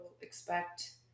expect